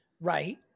Right